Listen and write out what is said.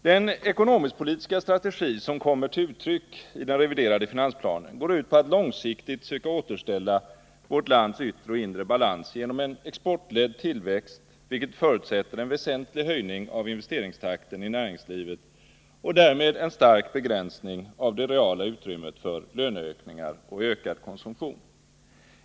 Den ekonomisk-politiska strategi som kommer till uttryck i den reviderade finansplanen går ut på att långsiktigt söka återställa vårt lands yttre och inre balans genom en exportledd tillväxt, vilket förutsätter en väsentlig höjning av investeringstakten i näringslivet och därmed en stark begränsning av det reala utrymmet för löneökningar och ökad konsumtion.